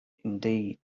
indeed